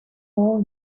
all